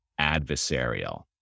adversarial